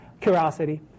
Curiosity